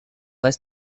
est